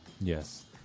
Yes